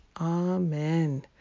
Amen